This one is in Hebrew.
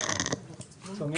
שומעים?